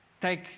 take